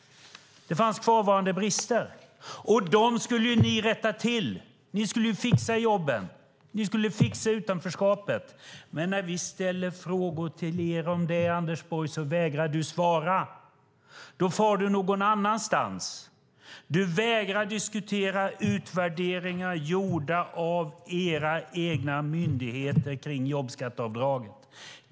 Det fanns kvarvarande brister, och dem skulle ju ni rätta till. Ni skulle ju fixa jobben och utanförskapet. Men när vi ställer frågor till er om det, Anders Borg, vägrar du svara. Då far du någon annanstans. Du vägrar att diskutera utvärderingar om jobbskatteavdraget gjorda av era egna myndigheter.